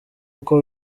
uko